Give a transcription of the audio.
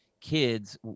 kids –